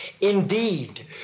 Indeed